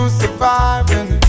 surviving